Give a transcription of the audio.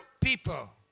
people